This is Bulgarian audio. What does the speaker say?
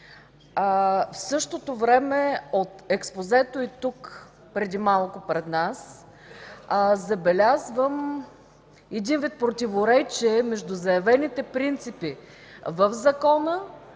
В същото време от експозето и тук преди малко пред нас забелязвам един вид противоречия между заявените принципи в закона